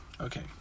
okay